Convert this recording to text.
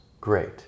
Great